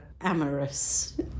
amorous